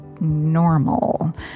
normal